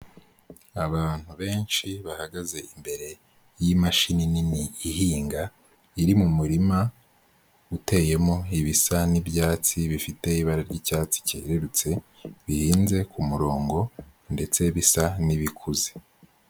Abantu benshi bahagaze imbere y'imashini nini ihinga iri mu murima uteyemo ibisa n'ibyatsi bifite ibara ry'icyatsi cyererutse bihinze ku murongo ndetse bisa n'ibikuze.